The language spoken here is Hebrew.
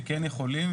שכן יכולים,